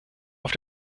auf